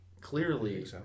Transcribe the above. clearly